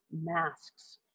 masks